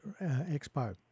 Expo